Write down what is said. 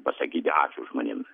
pasakyti ačiū žmonėms